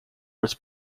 was